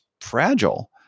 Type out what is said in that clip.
fragile